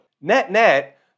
Net-net